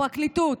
הפרקליטות.